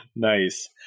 Nice